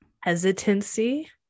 hesitancy